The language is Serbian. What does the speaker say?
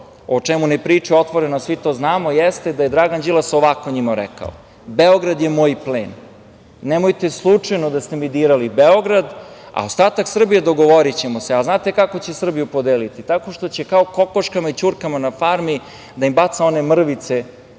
o čemu ne pričaju otvoreno, a svi to znamo, jeste da je Dragan Đilas ovako njima rekao – Beograd je moj plen, nemojte slučajno da ste mi dirali Beograd, a ostatak Srbije dogovorićemo se.A znate kako će Srbiju podeliti? Tako što će kao kokoškama i ćurkama na farmi da im baca one mrvice,